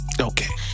Okay